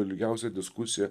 ilgiausia diskusija